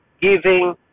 giving